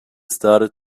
started